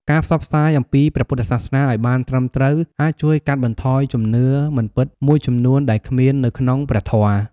ការផ្សព្វផ្សាយអំពីព្រះពុទ្ធសាសនាឱ្យបានត្រឹមត្រូវ អាចជួយកាត់បន្ថយជំនឿមិនពិតមួយចំនួនដែលគ្មាននៅក្នុងព្រះធម៌។